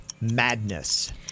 Madness